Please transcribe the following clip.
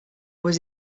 was